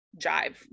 jive